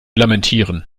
lamentieren